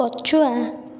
ପଛୁଆ